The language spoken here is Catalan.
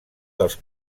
dels